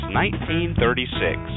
1936